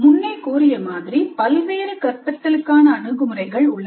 முன்னே கூறிய மாதிரி பல்வேறு கற்பித்தலுக்கான அணுகுமுறைகள் உள்ளன